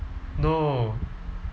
no